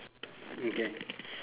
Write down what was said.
okay